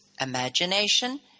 Imagination